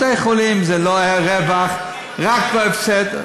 בתי-חולים זה ללא רווח, רק בהפסד.